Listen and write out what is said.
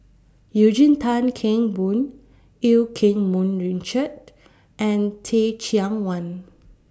Eugene Tan Kheng Boon EU Keng Mun Richard and Teh Cheang Wan